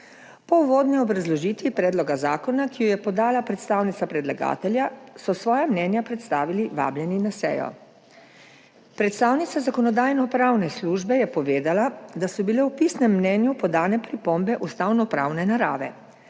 Po uvodni obrazložitvi predloga zakona, ki jo je podala predstavnica predlagatelja, so svoja mnenja predstavili vabljeni na sejo. Predstavnica Zakonodajno-pravne službe je povedala, da so bile v pisnem mnenju podane pripombe ustavnopravne narave.